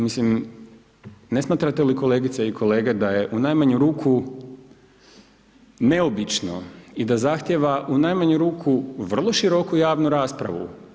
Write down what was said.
Mislim, ne smatrate li kolegice i kolege, da je u najmanju ruku neobično i da zahtjeva u najmanju ruku vrlo široku javnu raspravu.